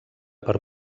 per